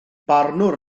barnwr